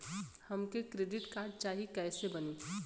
हमके credit card चाही कैसे बनी?